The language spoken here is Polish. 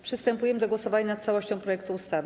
Przystępujemy do głosowania nad całością projektu ustawy.